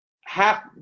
Half